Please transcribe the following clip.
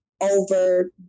over